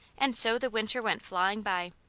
and so the winter went flying by.